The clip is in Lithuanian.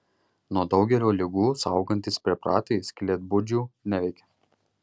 nuo daugelio ligų saugantys preparatai skylėtbudžių neveikia